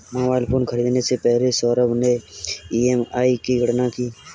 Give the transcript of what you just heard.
mobile phone खरीदने से पहले सौरभ ने ई.एम.आई की गणना की